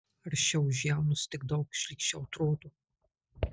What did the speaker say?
aršiau už jaunus tik daug šlykščiau atrodo